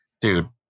dude